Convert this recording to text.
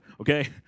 okay